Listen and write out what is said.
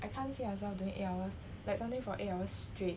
I can't see ourselves doing eight hours like something for eight hours straight